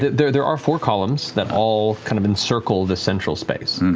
there there are four columns that all kind of encircle this central space.